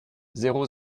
zéro